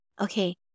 Okay